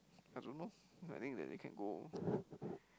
I don't know I think they can go